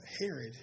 Herod